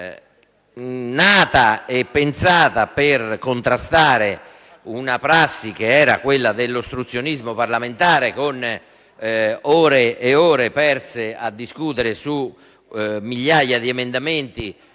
nata e pensata per contrastare la prassi dell'ostruzionismo parlamentare, con ore e ore perse a discutere su migliaia di emendamenti